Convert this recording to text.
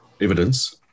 evidence